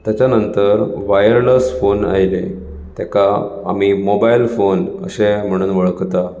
तेजा नंंतर wireless phone आयले तेका आमी मोबायल फोन अशे म्हणून वळखता